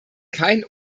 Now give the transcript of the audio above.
kein